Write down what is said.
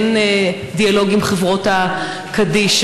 אין דיאלוג עם חברות הקדישא.